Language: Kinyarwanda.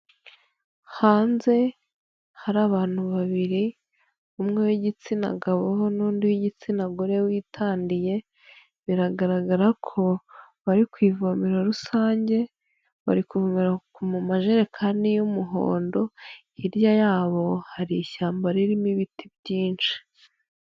Hanze hari abantu babiri, umwe w'igitsina gabo, n'undi w'igitsina gore witandiye, biragaragara ko bari ku ivomero rusange, bari kuvomera mu majerekani y'umuhondo, hirya yabo hari ishyamba ririmo ibiti byinshi.